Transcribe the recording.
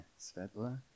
Svetla